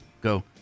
go